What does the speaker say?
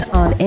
on